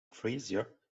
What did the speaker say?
frazier